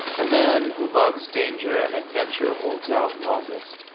the man who loves danger and adventure holds out longest.